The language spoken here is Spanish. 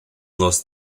los